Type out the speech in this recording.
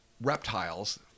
reptiles